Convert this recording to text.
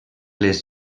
les